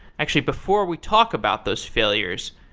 actually, before we talk about those failures,